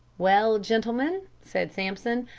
well, gentlemen, said sampson,